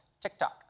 TikTok